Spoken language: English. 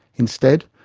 instead,